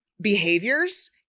behaviors